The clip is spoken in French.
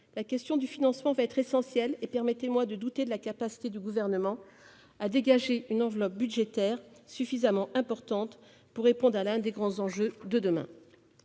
la question du financement va être essentielle et permettez-moi de douter de la capacité du Gouvernement à dégager une enveloppe budgétaire suffisamment importante pour répondre à l'un des grands enjeux de demain.